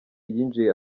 yinjiye